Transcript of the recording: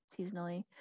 seasonally